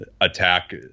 attack